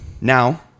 Now